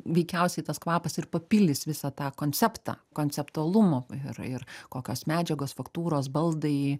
veikiausiai tas kvapas ir papildys visą tą konceptą konceptualumo ir ir kokios medžiagos faktūros baldai